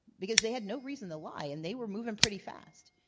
because they had no reason to lie, and they were moving pretty fast.